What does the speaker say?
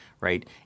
right